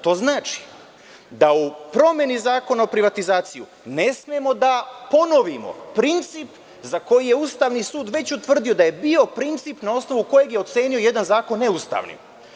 To znači da u promeni Zakona o privatizaciji ne smemo da ponovimo princip za koji je Ustavni sud već utvrdio da je bio princip na osnovu kojeg je ocenio jedan zakon neustavnim.